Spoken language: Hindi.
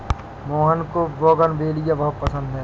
मोहन को बोगनवेलिया बहुत पसंद है